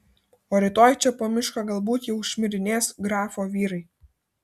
o rytoj čia po mišką galbūt jau šmirinės grafo vyrai